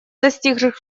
достигших